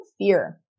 fear